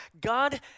God